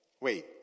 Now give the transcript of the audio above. wait